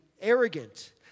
arrogant